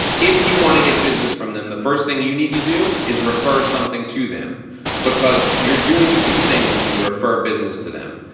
if you wanna get business from them, the first thing you need to do is refer something to them because you're doing two things when you refer business to them.